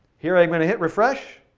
here i'm going to hit refresh.